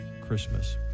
Christmas